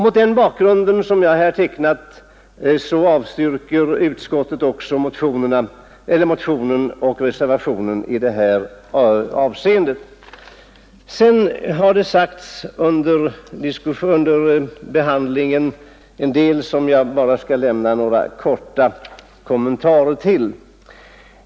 Mot den bakgrund som jag här tecknat avstyrker utskottet motionen och reservationen i det här avseendet. Under debatten om betänkandet har det sagts en del som jag skall be att få göra några korta kommentarer till.